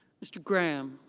mr. brame.